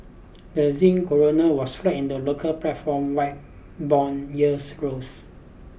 the koruna was flat in the local platform white bond yields growth